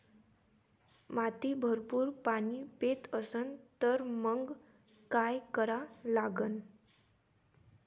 माती भरपूर पाणी पेत असन तर मंग काय करा लागन?